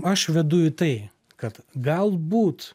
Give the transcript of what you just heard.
aš vedu į tai kad galbūt